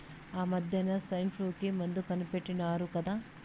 ఆమద్దెన సైన్ఫ్లూ కి మందు కనిపెట్టినారు కదా